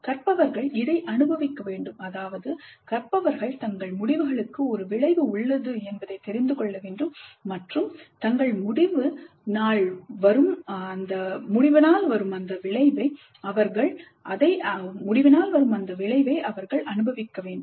கற்பவர்கள் இதை அனுபவிக்க வேண்டும் அதாவது கற்பவர்கள் தங்கள் முடிவுகளுக்கு ஒரு விளைவு உள்ளது என்பதை தெரிந்துகொள்ள வேண்டும் மற்றும் தங்கள் முடிவு நாள் வரும் அந்த விளைவை அவர்கள் அனுபவிக்க வேண்டும்